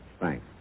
Thanks